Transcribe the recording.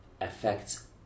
affects